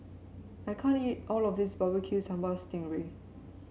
I can't eat all of this Barbecue Sambal Sting Ray